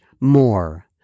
more